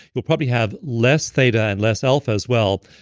you'll probably have less theta and less alpha as well.